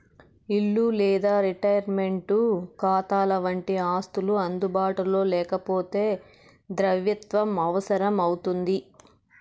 ఇల్లు లేదా రిటైర్మంటు కాతాలవంటి ఆస్తులు అందుబాటులో లేకపోతే ద్రవ్యత్వం అవసరం అవుతుంది